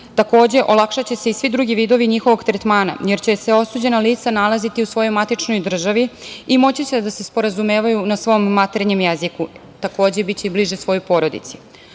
olakšaće se i svi drugi vidovi njihovog tretmana, jer će se osuđena lica nalaziti u svojoj matičnoj državi i moći će da se sporazumevaju na svom maternjem jeziku, takođe, biće i bliže svojoj